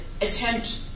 attempt